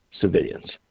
civilians